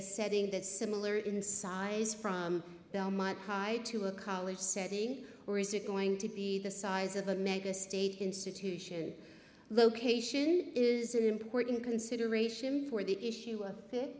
a setting that's similar in size from belmont to a college setting or is it going to be the size of a mega state institution location is an important consideration for the issue of